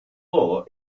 law